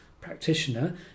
practitioner